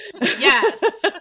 Yes